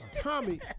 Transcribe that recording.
Tommy